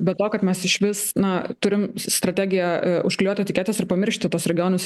be to kad mes išvis na turim strategiją užklijuoti etiketes ir pamiršti tuos regionus